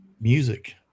music